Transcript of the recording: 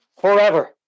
forever